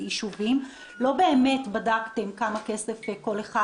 לא באמת בדקתם פרטנית כמה כסף כל אחד